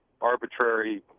arbitrary